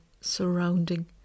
surrounding